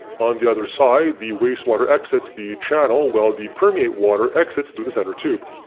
on the other side the wastewater exits the channel while the permeate water exits through the center tube.